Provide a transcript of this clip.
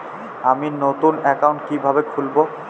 আমি নতুন অ্যাকাউন্ট কিভাবে খুলব?